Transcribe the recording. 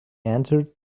entered